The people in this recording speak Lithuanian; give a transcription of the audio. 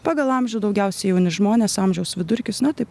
pagal amžių daugiausiai jauni žmonės amžiaus vidurkis na taip